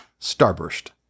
Starburst